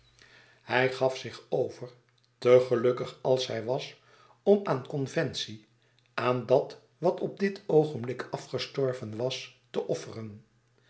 hij gaf zich over te gelukkig als hij was om aan conventie aan dat wat op dit oogenblik afgestorven was te offeren